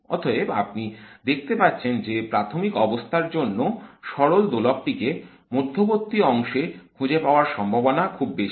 অতএব আপনি দেখতে পাচ্ছেন যে প্রাথমিক অবস্থার জন্য সরল দোলক টিকে মধ্যবর্তী অংশে খুঁজে পাওয়ার সম্ভাবনা খুব বেশি